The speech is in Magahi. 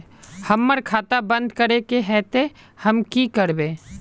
हमर खाता बंद करे के है ते हम की करबे?